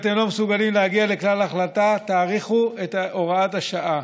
מסוגלים להגיע לכלל החלטה, תאריכו את הוראת השעה.